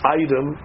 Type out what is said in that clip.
item